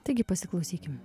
taigi pasiklausykim